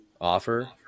offer